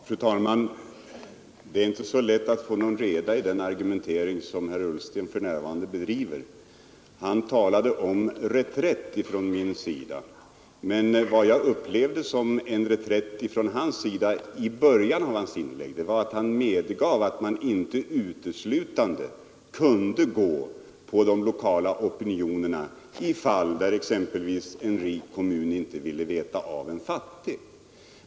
Fru talman! Det är inte så lätt att få någon reda i den argumentering som herr Ullsten för närvarande bedriver. Han talade om reträtt från min sida, Vad jag upplevde som en reträtt från hans sida i början av hans inlägg var att han medgav att man inte uteslutande kunde gå på de lokala opinionerna i de fall där t.ex. en rik kommun inte ville veta av en fattig.